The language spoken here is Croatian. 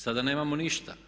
Sada nemamo ništa.